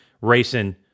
racing